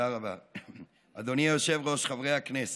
אדוני היושב-ראש, חברי הכנסת,